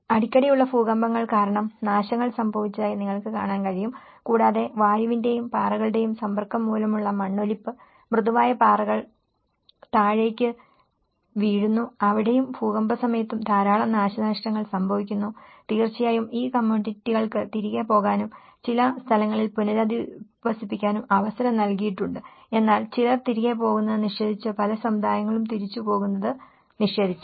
അടിക്കടിയുള്ള ഭൂകമ്പങ്ങൾ കാരണം നാശങ്ങൾ സംഭവിച്ചതായി നിങ്ങൾക്ക് കാണാൻ കഴിയും കൂടാതെ വായുവിന്റെയും പാറകളുടെയും സമ്പർക്കം മൂലമുള്ള മണ്ണൊലിപ്പ് മൃദുവായ പാറകൾ താഴേക്ക് വീഴുന്നു അവിടെയും ഭൂകമ്പസമയത്തും ധാരാളം നാശങ്ങൾ സംഭവിക്കുന്നു തീർച്ചയായും ഈ കമ്മ്യൂണിറ്റികൾക്ക് തിരികെ പോകാനും ചില സ്ഥലങ്ങളിൽ പുനരധിവസിപ്പിക്കാനും അവസരം നൽകിയിട്ടുണ്ട് എന്നാൽ ചിലർ തിരികെ പോകുന്നത് നിഷേധിച്ചു പല സമുദായങ്ങളും തിരിച്ചുപോകുന്നത് നിഷേധിച്ചു